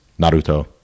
Naruto